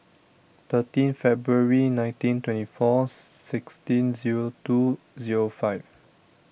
thirteen February nineteen twenty four sixteen zero two zero five